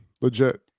legit